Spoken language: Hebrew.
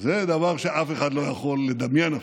זה דבר שאף אחד לא יכול לדמיין אפילו.